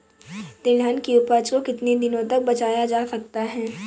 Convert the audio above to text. तिलहन की उपज को कितनी दिनों तक बचाया जा सकता है?